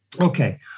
Okay